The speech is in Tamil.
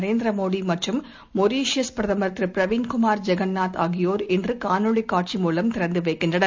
நரேந்திரமோடிமற்றும் மொரீஷியஸ் பிரதமர் திருபிரவிந்த் குமார் ஜெகந்நாத் ஆகியோர் இன்றுகாணொளிகாட்சி மூலம் திறந்துவைக்கின்றனர்